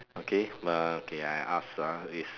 okay uh okay I ask ah is